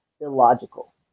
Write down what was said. illogical